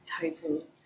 total